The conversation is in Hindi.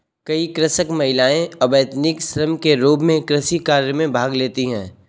कई कृषक महिलाएं अवैतनिक श्रम के रूप में कृषि कार्य में भाग लेती हैं